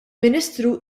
ministru